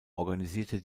organisierte